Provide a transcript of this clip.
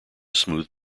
smooth